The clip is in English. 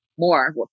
More